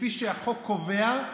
כפי שהחוק קובע,